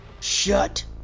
Shut